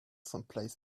someplace